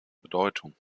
bedeutung